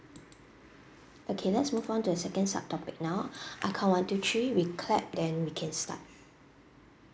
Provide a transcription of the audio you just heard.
okay let's move on to the second sub topic now I count one two three we clap then we can start